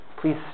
Please